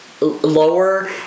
lower